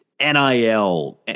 NIL